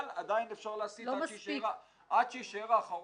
-- אבל עדיין, עד שיישאר פה האחרון,